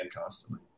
constantly